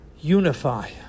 unify